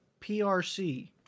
PRC